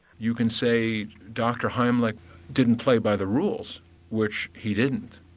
you can say dr heimlich didn't play by the rules which he didn't.